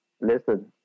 Listen